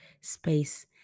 space